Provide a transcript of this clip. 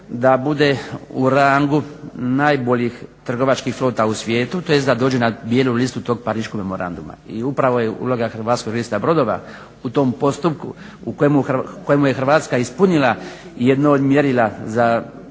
da bude u rangu najboljih trgovačkih flota u svijetu tj, da dođe na bijelu listu tog Pariškog memoranduma. I upravo je uloga Hrvatskog registra brodova u tom postupku u kojemu je Hrvatska ispunila jedno od mjerila za